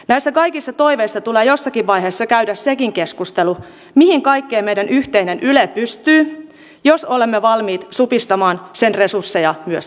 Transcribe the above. näissä kaikissa toiveissa tulee jossakin vaiheessa käydä sekin keskustelu mihin kaikkeen meidän yhteinen yle pystyy jos olemme valmiit supistamaan sen resursseja myös jatkossa